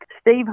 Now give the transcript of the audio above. Steve